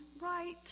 right